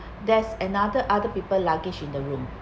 there's another other people luggage in the room